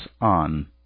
on